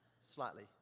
Slightly